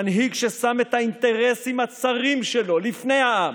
מנהיג ששם את האינטרסים הצרים שלו לפני העם,